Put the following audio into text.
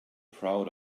proud